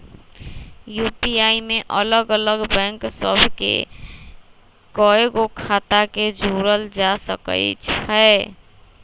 UPI में अलग अलग बैंक सभ के कएगो खता के जोड़ल जा सकइ छै